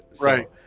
Right